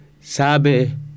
Sabe